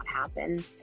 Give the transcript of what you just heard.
happen